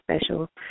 special